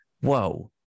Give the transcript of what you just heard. whoa